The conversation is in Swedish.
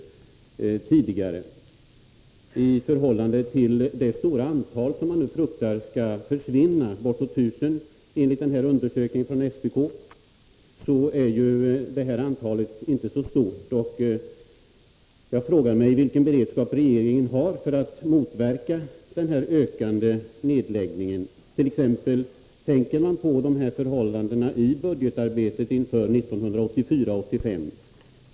Det är inte särskilt många i förhållande till det stora antal bensinanläggningar som man nu fruktar skall försvinna — bortåt 1 000 enligt SPK:s undersökning. Jag frågar mig vilken beredskap regeringen har för att motverka den här ökande nedläggningen. Tänker regeringen på dessa förhållanden i budgetarbetet för 1984/85?